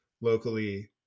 locally